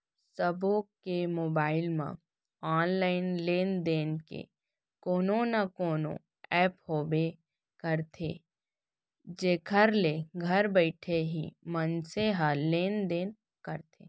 सबो के मोबाइल म ऑनलाइन लेन देन के कोनो न कोनो ऐप होबे करथे जेखर ले घर बइठे ही मनसे ह लेन देन करथे